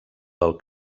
del